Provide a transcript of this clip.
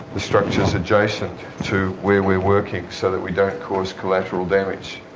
the structures adjacent to where we're working so that we don't cause collateral damage.